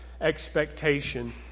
expectation